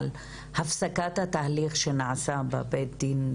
להורות על הפסקת התהליך שנעשה בבית הדין,